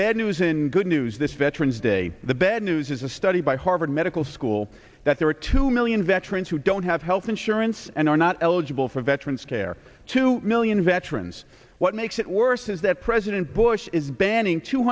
bad news and good news this veterans day the bad news is a study by harvard medical school that there are two million veterans who don't have health insurance and are not eligible for veterans care two million veterans what makes it worse is that president bush is banning two